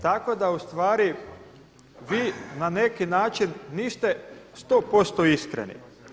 Tako da ustvari vi na neki način niste 100% iskreni.